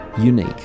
unique